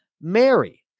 Mary